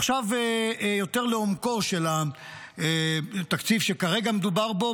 עכשיו יותר לעומקו של התקציב שכרגע מדובר בו,